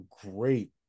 great